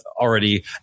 already